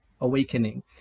awakening